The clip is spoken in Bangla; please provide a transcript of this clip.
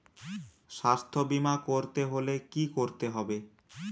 স্বাস্থ্যবীমা করতে হলে কি করতে হবে?